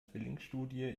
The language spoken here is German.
zwillingsstudie